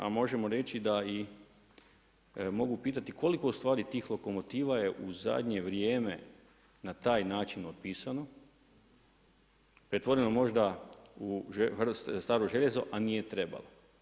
A možemo reći mogu pitati koliko je tih lokomotiva je u zadnje vrijeme na taj način otpisano, pretvoreno možda u staro željezo, a nije trebalo.